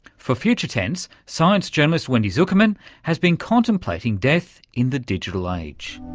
for future tense, science journalist wendy zukerman has been contemplating death in the digital age.